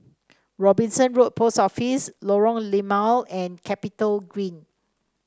Robinson Road Post Office Lorong Limau and CapitalGreen